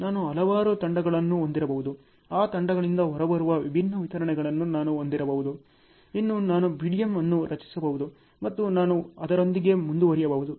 ನಾನು ಹಲವಾರು ತಂಡಗಳನ್ನು ಹೊಂದಿರಬಹುದು ಆ ತಂಡಗಳಿಂದ ಹೊರಬರುವ ವಿಭಿನ್ನ ವಿತರಣೆಗಳನ್ನು ನಾನು ಹೊಂದಿರಬಹುದು ಇನ್ನೂ ನಾನು BDM ಅನ್ನು ರಚಿಸಬಹುದು ಮತ್ತು ನಾನು ಅದರೊಂದಿಗೆ ಮುಂದುವರಿಯಬಹುದು